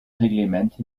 reglement